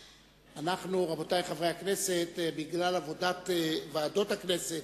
רבותי חברי הכנסת, בגלל עבודת ועדות הכנסת,